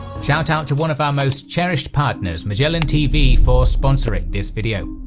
shoutout to one of our most cherished partners magellantv for sponsoring this video!